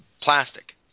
plastic